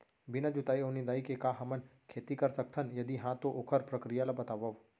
बिना जुताई अऊ निंदाई के का हमन खेती कर सकथन, यदि कहाँ तो ओखर प्रक्रिया ला बतावव?